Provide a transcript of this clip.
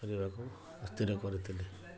କରିବାକୁ ମୁଁ ସ୍ଥିର କରିଥିଲି